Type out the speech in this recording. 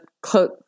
close